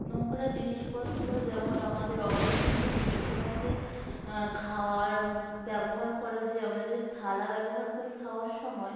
নোংরা জিনিসপত্র যেমন আমাদের অপছন্দের সেরকম আমাদের খাওয়ার ব্যবহার করার যে আমরা যে থালা ব্যবহার করি খাওয়ার সময়